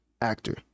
actor